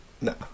No